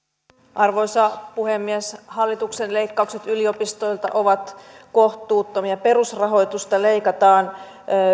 arvoisa puhemies hallituksen leikkaukset yliopistoilta ovat kohtuuttomia perusrahoitusta leikataan